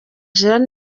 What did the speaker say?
gerard